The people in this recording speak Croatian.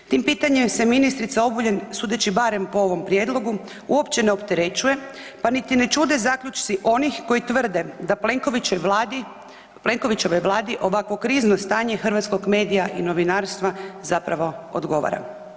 Tim pitanjem se ministrica Obuljen sudeći barem po ovom prijedlogu uopće ne opterećuje pa niti ne čude zaključci onih koji tvrde da Plenkovićevoj Vladi ovakvo krizno stanje hrvatskog medija i novinarstva zapravo odgovara.